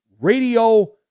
radio